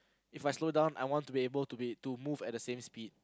If I slow down I want to be able to be to move at the same speed